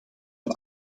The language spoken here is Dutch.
een